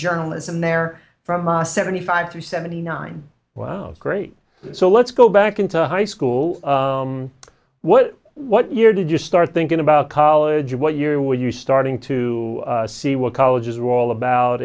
journalism there from a seventy five to seventy nine wow great so let's go back into high school what what year did you start thinking about college what year were you starting to see what colleges were all about